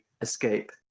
escape